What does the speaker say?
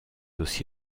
aussi